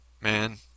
man